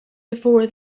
before